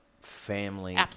family